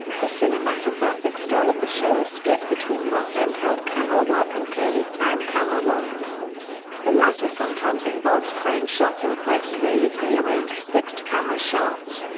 the cinematographic style of the show is split between rough handheld camera work and clearly planned camera work the latter sometimes involves crane shots and quite clearly pre-arranged fixed-camera shots.